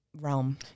realm